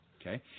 Okay